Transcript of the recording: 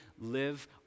live